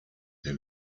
der